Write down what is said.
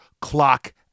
clock